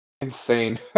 Insane